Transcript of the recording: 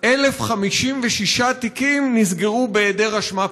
1,056 תיקים נסגרו בהיעדר אשמה פלילית.